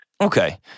Okay